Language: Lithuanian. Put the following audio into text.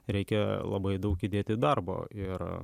reikia labai daug įdėti darbo ir